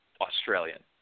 Australian